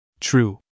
True